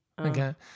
okay